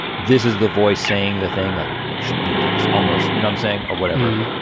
this is the voice saying the thing like you should do this, almost you know i'm saying or whatever.